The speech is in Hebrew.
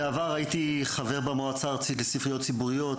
בעבר הייתי חבר במועצה הארצית לספריות ציבוריות,